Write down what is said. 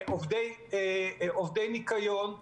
עובדי ניקיון,